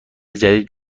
جدید